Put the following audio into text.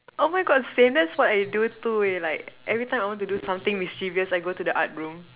oh my god same that's what I do too in like every time I want to do something mischievous I go to the art room